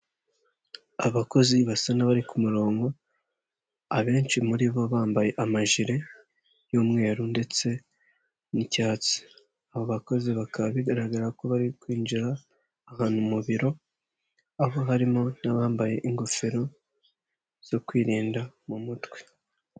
Abakozi basa n'abari ku murongo abenshi muri bo bambaye amajire y'umweru ndetse n'icyatsi, aba bakozi bakaba bigaragara ko bari kwinjira ahantu mu biro aho harimo n'abambaye ingofero zo kwirinda mu mutwe.